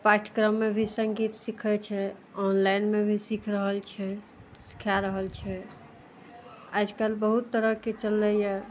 पाठ्यक्रममे भी संगीत सीखय छै ऑनलाइनमे भी सीख रहल छै सिखा रहल छै आजकल बहुत तरहके चललैये